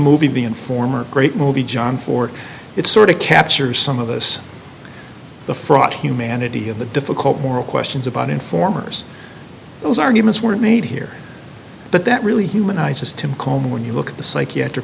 movie and former great movie john for it sort of capture some of this the fraught humanity of the difficult moral questions about informers those arguments were made here but that really humanizes to mccomb when you look at the psychiatric